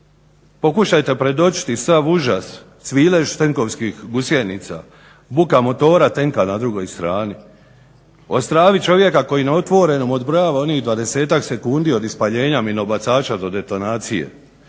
Pokušajte predočiti sav užas, cvilež tenkovskih gusjenica, buka motora tenka na drugoj strani. O stravi čovjeka koji na otvorenom odbrojava onih 20 sekundi od ispaljena minobacača do detonacije,